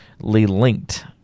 linked